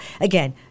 Again